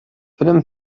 فلم